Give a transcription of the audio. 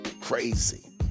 Crazy